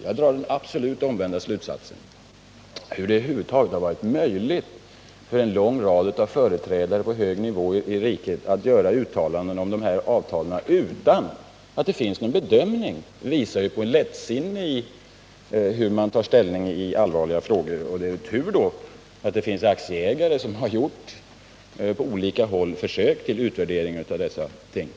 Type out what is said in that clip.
Jag drar den direkt omvända slutsatsen. Att en lång rad personer på hög nivå över huvud taget kunnat göra uttalanden om detta avtal utan att det finns någon bedömning visar hur lättsinnigt man tar ställning i allvarliga frågor. Därför är det tur att det finns aktieägare som på olika håll har gjort försök till utvärdering av Volvoavtalet.